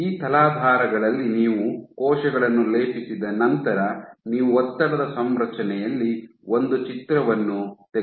ಈ ತಲಾಧಾರಗಳಲ್ಲಿ ನೀವು ಕೋಶಗಳನ್ನು ಲೇಪಿಸಿದ ನಂತರ ನೀವು ಒತ್ತಡದ ಸಂರಚನೆಯಲ್ಲಿ ಒಂದು ಚಿತ್ರವನ್ನು ತೆಗೆದುಕೊಳ್ಳುತ್ತೀರಿ